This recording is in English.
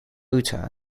utah